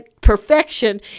perfection